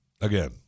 again